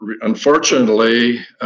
unfortunately